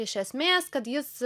iš esmės kad jis